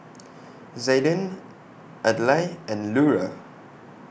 Zayden Adlai and Lura